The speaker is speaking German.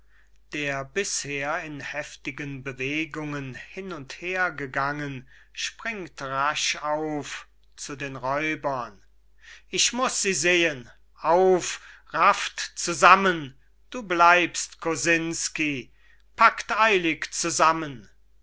der bisher in heftigen bewegungen hin und her gegangen springt rasch auf zu den räubern ich muß sie sehen auf rafft zusammen du bleibst kosinsky pakt eilig zusammen